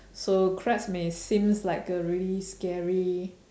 so crabs may seems like a really scary